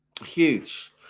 Huge